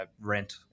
rent